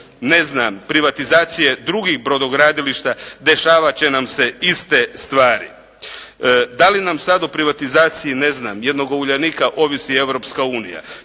i zbog privatizacije drugih brodogradilišta dešavati će nam se iste stvari. Da li nam sad u privatizaciji jednoga "Uljanika" ovisi Europska unija?